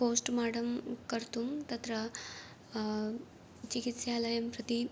postmortem कर्तुं तत्र चिकित्सालयं प्रति